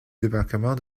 débarquement